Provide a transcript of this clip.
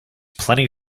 plenty